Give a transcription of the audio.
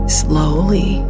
slowly